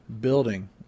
building